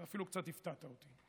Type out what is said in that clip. ואפילו קצת הפתעת אותי.